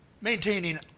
maintaining